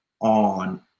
on